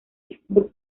pittsburgh